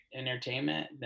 entertainment